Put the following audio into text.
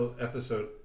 episode